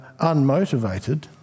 unmotivated